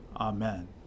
Amen